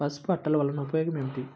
పసుపు అట్టలు వలన ఉపయోగం ఏమిటి?